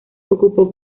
ocupó